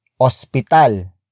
Hospital